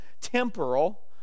temporal